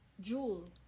jewel